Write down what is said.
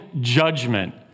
judgment